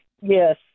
yes